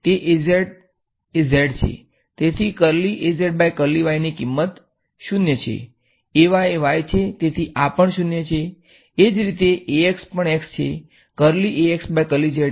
તો AZ એ z છે તેથી ની કિમત 0 છે Ay એ y છે તેથી આ પણ 0 છે એ જ રીતે Ax પણ x છે એ પણ 0 છે